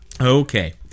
Okay